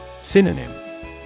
Synonym